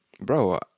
bro